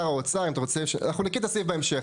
אנחנו נקריא את הסעיף בהמשך.